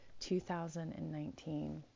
2019